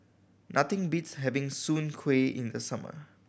nothing beats having soon kway in the summer